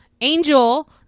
Angel